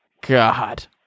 God